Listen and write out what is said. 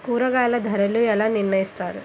కూరగాయల ధరలు ఎలా నిర్ణయిస్తారు?